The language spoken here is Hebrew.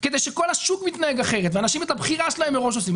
כי כל השוק מתנהג אחרת ואנשים את הבחירה שלהם עושים מראש.